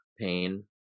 Pain